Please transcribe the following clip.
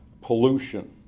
pollution